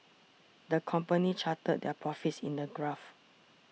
the company charted their profits in a graph